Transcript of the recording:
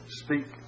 speak